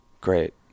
great